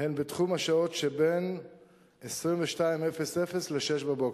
הן בתחום השעות שבין 22:00 ל-06:00.